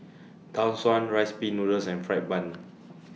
Tau Suan Rice Pin Noodles and Fried Bun